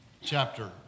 chapter